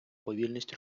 повільність